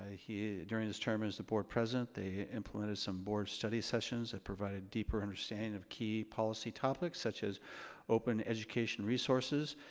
ah during his term as the board president, they implemented some board study sessions that provided deeper understanding of key policy topics such as open education resources,